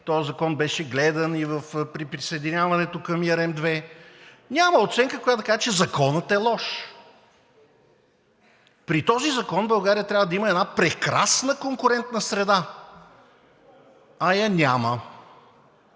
този закон беше гледан и при присъединяването към ERМ-2, няма оценка, която да казва, че Законът е лош. При този закон България трябва да има една прекрасна конкурентна среда, а я няма.